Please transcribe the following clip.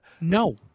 No